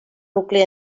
nucli